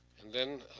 and then